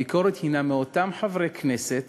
הביקורת היא מאותם חברי כנסת